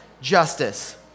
justice